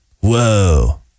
Whoa